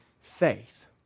faith